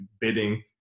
bidding